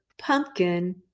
pumpkin